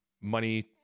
money